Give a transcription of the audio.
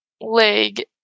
leg